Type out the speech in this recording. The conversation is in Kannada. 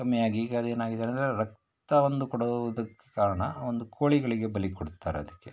ಕಮ್ಮಿಯಾಗಿ ಈಗ ಅದು ಏನಾಗಿದೆ ಅಂದರೆ ರಕ್ತ ಒಂದು ಕೊಡುವುದಕ್ಕೆ ಕಾರಣ ಒಂದು ಕೋಳಿಗಳಿಗೆ ಬಲಿ ಕೊಡ್ತಾರೆ ಅದಕ್ಕೆ